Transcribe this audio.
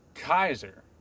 Kaiser